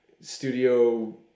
studio